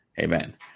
amen